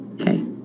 Okay